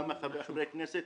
גם של חברי הכנסת,